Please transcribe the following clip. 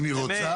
אם היא רוצה,